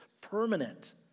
permanent